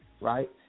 right